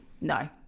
no